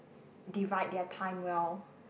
divide their time well